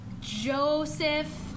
Joseph